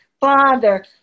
Father